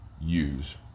use